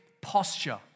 posture